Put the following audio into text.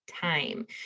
time